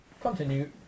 Continue